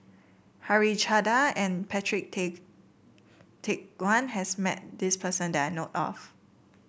Harichandra and Patrick Tay Teck Guan has met this person that I know of